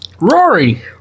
Rory